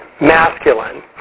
masculine